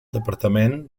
departament